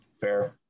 fair